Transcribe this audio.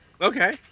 Okay